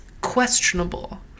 Questionable